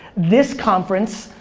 this conference,